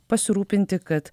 pasirūpinti kad